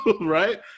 Right